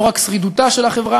לא רק שרידותה של החברה,